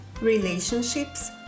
relationships